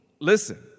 Listen